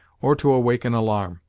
or to awaken alarm.